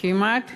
למעלה